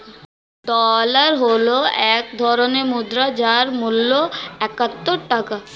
dollar হল এক ধরনের মুদ্রা যার মূল্য একাত্তর টাকা